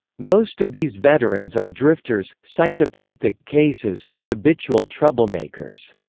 most of these veterans are drifters, psychopathic cases or habitual troublemakers.